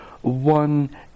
one